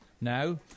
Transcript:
Now